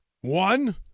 one